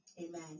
Amen